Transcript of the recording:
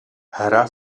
hra